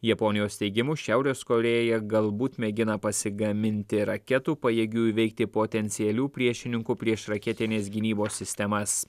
japonijos teigimu šiaurės korėja galbūt mėgina pasigaminti raketų pajėgių įveikti potencialių priešininkų priešraketinės gynybos sistemas